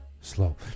slow